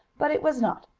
but it was not,